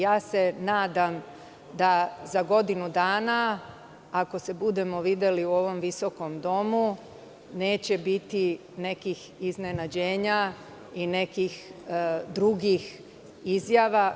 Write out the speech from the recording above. Ja se nadam da za godinu dana, ako se budemo videli u ovom visokom domu, neće biti nekih iznenađenja i nekih drugih izjava.